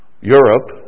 Europe